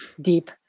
deep